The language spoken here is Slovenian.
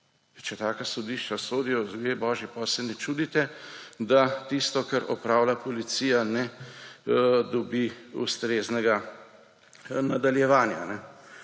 Če taka sodišča sodijo, ljudje božji, potem se ne čudite, da tisto, kar opravlja policija, ne dobi ustreznega nadaljevanja.